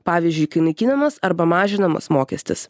pavyzdžiui kai naikinamas arba mažinamas mokestis